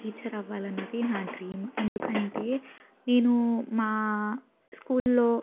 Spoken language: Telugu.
టీచర్ అవ్వాలన్నది నా డ్రీమ్ ఎందుకంటే నేను మా స్కూల్లో